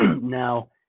Now